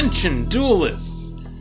duelists